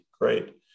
great